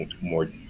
more